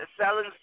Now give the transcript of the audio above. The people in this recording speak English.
selling